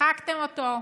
הצחקתם אותו.